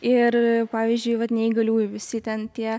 ir pavyzdžiui vat neįgaliųjų visi ten tie